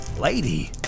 Lady